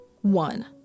one